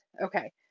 Okay